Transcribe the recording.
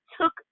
took